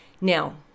Now